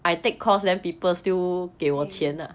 pay you